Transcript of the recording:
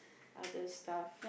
other stuff